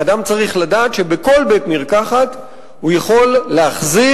אדם צריך לדעת שבכל בית-מרקחת הוא יכול להחזיר